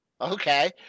Okay